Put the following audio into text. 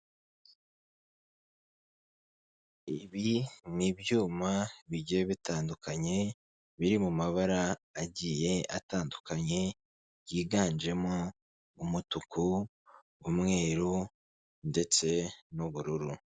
Ibi ni ibyuma bigiye bitandukanye biri mu mabara agiye atandukanye yiganjemo umutuku, umweru ndetse n'ubururu.